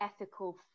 ethical